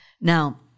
Now